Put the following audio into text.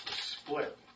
split